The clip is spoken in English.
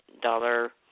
dollar